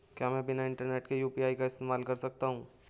क्या मैं बिना इंटरनेट के यू.पी.आई का इस्तेमाल कर सकता हूं?